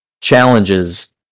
challenges